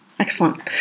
Excellent